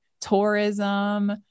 tourism